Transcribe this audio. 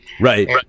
Right